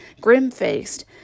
grim-faced